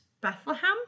Bethlehem